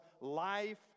life